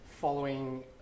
following